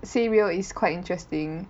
say real is quite interesting